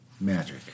Magic